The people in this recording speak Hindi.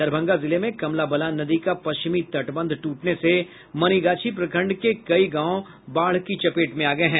दरभंगा जिले में कमला बलान नदी का पश्चिमी तटबंध ट्रटने से मनिगाछी प्रखंड के कई गांव बाढ़ की चपेट में आ गये हैं